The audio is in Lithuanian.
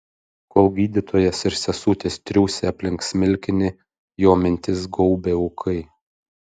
kol gydytojas ir sesutės triūsė aplink smilkinį jo mintis gaubė ūkai